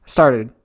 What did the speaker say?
Started